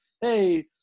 hey